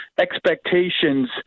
expectations